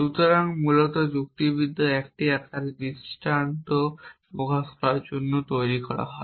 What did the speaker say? সুতরাং মূলত যুক্তিবিদ্যা 1টি আকারে দৃষ্টান্ত প্রকাশ করার জন্য তৈরি করা হয়